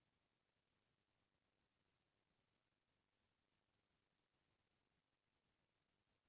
अइसे नइ हे के सब्बो जघा के किसान मन ह एके किसम के फसल लगाथे